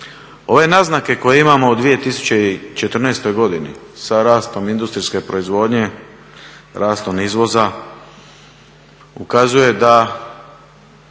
Ove naznake koje imamo u 2014. godini sa rastom industrijske proizvodnje, rastom izvoza ukazuje da